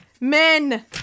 men